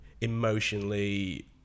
emotionally